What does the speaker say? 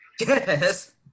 Yes